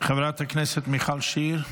חברת הכנסת מיכל שיר,